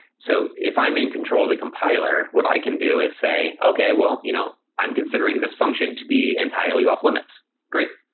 so if i'm in control of the compiler, what i can do is say, okay. well, you know i'm considering this function to be entirely off-limits. great!